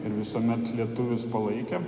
ir visuomet lietuvius palaikė